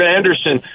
Anderson